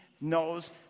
knows